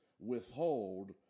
withhold